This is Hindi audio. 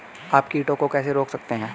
आप कीटों को कैसे रोक सकते हैं?